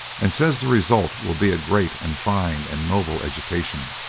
and says the result will be a great and fine and noble education.